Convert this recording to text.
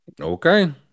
Okay